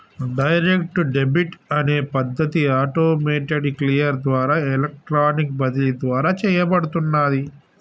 direct debit అనే పద్ధతి automated clear ద్వారా ఎలక్ట్రానిక్ బదిలీ ద్వారా చేయబడుతున్నాది